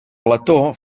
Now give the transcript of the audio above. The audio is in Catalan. plató